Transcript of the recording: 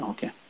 Okay